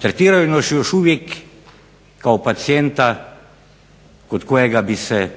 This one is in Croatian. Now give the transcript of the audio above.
Tretiraju nas još uvijek kao pacijenta kod kojega bi se